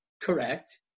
correct